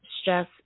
stress